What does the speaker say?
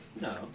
No